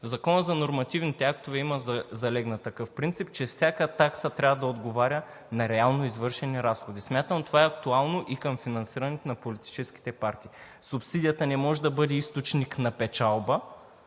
Закона за нормативните актове има залегнал такъв принцип – че всяка такса трябва да отговаря на реално извършени разходи. Смятам, че това е актуално и към финансирането на политическите партии. Субсидията не може да бъде източник на печалба,